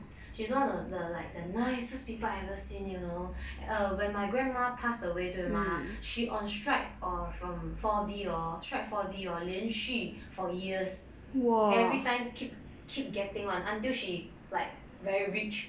she's one of the the like the nicest people I've ever seen you know uh when my grandma passed away 对吗 she on strike or from four D hor strike four D hor 连续 for years every time keep keep getting [one] until she like very rich